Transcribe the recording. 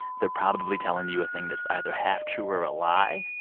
they're probably telling you a thing that's either half true or a lie.